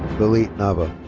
lilly nava.